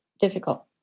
difficult